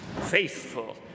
faithful